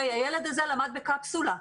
הילד הזה למד בקפסולה,